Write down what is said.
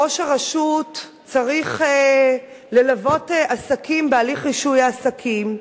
ראש הרשות צריך ללוות עסקים בהליך רישוי העסקים.